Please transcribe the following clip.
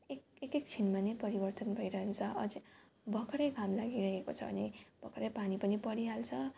एक एक छिनमा नै परिवर्तन भइरहन्छ अझ भर्खर घाम लागिरहेको छ भने भर्खर पानी पनि परिहाल्छ